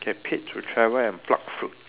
get paid to travel and pluck fruit